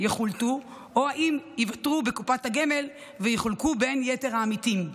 יחולטו או ייוותרו בקופת הגמל ויחולקו בין יתר העמיתים.